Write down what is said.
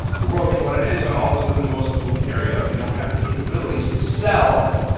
the world being what it is, not all of us live in the most affluent area, we don't have the capabilities to sell